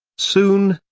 soon,